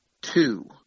two